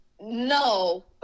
No